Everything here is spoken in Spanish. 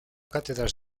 cátedras